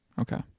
Okay